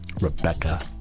Rebecca